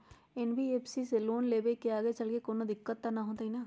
NBFC से loan लेबे से आगेचलके कौनो दिक्कत त न होतई न?